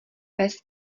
pes